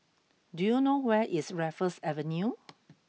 do you know where is Raffles Avenue